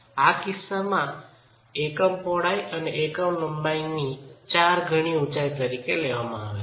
આ કિસ્સામાં એકમ પહોળાઈ એ એકમ લંબાઈ ના 4 ગણી ઊચાઈ તરીકે લેવામાં આવે છે